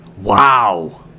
Wow